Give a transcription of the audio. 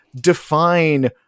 define